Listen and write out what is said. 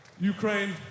Ukraine